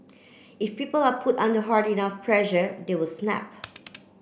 if people are put under hard enough pressure they will snap